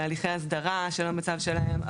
להליכי הסדרה של המצב שלהם.